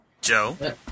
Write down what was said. Joe